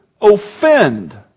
offend